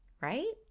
right